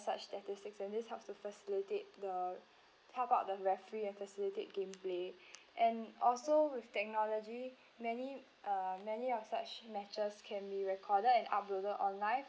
such statistics and this helps to facilitate the help out the referee and facilitate game play and also with technology many uh many of such matches can be recorded and uploaded online